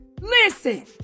Listen